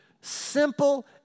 Simple